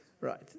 right